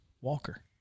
Walker